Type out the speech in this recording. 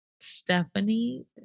Stephanie